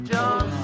John